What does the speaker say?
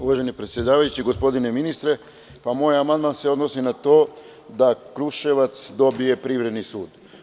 Uvaženi predsedavajući, gospodine ministre, moj amandman se odnosi na to da Kruševac dobije privredni sud.